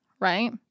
right